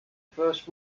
first